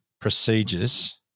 procedures